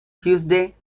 tuesday